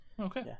okay